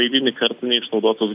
eilinį kartą neišnaudotos